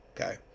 okay